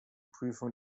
prüfung